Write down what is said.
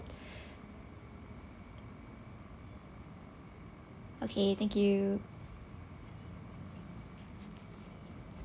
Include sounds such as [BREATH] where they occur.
[BREATH] okay thank you